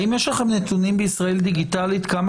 האם יש לכם נתונים בישראל דיגיטלית כמה